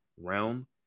realm